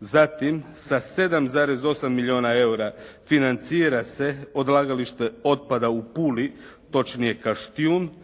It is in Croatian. zatim sa 7,8 milijuna EUR-a financira se odlagalište otpada u Puli točnije Kaštjun.